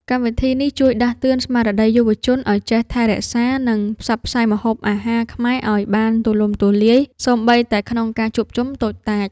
កម្មវិធីនេះជួយដាស់តឿនស្មារតីយុវជនឱ្យចេះថែរក្សា និងផ្សព្វផ្សាយម្ហូបអាហារខ្មែរឱ្យបានទូលំទូលាយសូម្បីតែក្នុងការជួបជុំតូចតាច។